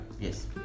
Yes